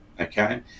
okay